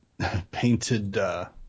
painted